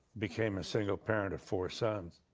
became a single parent of four sons.